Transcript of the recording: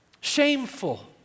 shameful